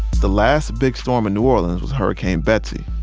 the last big storm in new orleans was hurricane betsy,